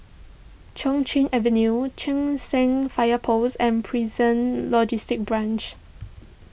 Chai Chee Avenue Cheng San Fire Post and Prison Logistic Branch